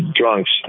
drunks